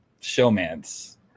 showman's